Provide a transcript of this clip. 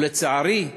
ולצערי,